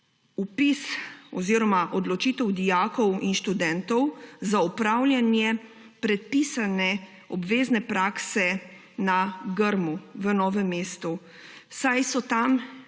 vpis oziroma odločitev dijakov in študentov za opravljanje predpisane obvezne prakse na Grmu v Novem mestu, saj so tam